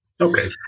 okay